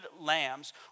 lambs